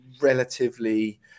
relatively